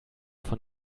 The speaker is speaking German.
von